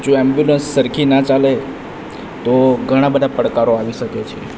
જો ઍમ્બ્યુલન્સ સરખી ના ચાલે તો ઘણા બધા પડકારો આવી શકે છે